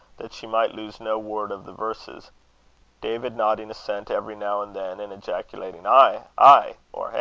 that she might lose no word of the verses david nodding assent every now and then, and ejaculating ay! ay! or ah,